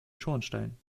schornstein